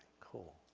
cool.